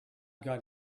got